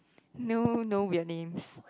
no no weird names